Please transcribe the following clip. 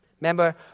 Remember